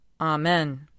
Amen